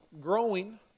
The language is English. growing